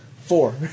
Four